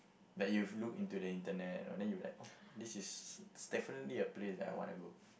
that you've looked into the internet and you're like oh this is definitely a place that I wanna go